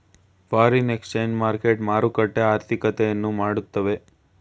foreign exchange market ಮಾರುಕಟ್ಟೆ ಆರ್ಥಿಕತೆಯನ್ನು ಮಾಡುತ್ತವೆ